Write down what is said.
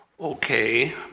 Okay